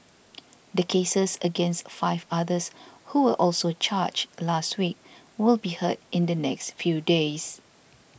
the cases against five others who were also charged last week will be heard in the next few days